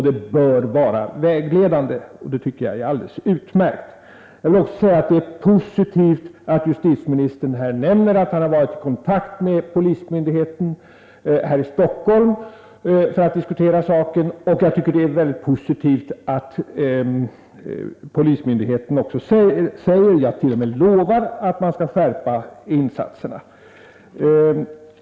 Det bör vara vägledande, och det tycker jag är alldeles utmärkt. Jag vill också säga att det är positivt att justitieministern här nämner att han varit i kontakt med polismyndigheten här i Stockholm för att diskutera saken. Jag tycker det är mycket positivt att polismyndigheten t.o.m. lovar att man skall skärpa insatserna.